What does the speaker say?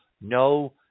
No